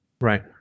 Right